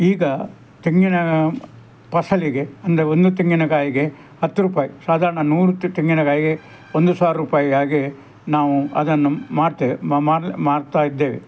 ಈಗ ತೆಂಗಿನ ಫಸಲಿಗೆ ಅಂದರೆ ಒಂದು ತೆಂಗಿನಕಾಯಿಗೆ ಹತ್ತು ರೂಪಾಯಯಿ ಸಾಧಾರಣ ನೂರು ತೆಂಗಿನಕಾಯಿಗೆ ಒಂದು ಸಾವಿರ ರೂಪಾಯಿ ಹಾಗೆ ನಾವು ಅದನ್ನು ಮಾರ್ತೇವೆ ಮಾರ್ತಾಯಿದ್ದೇವೆ